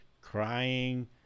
crying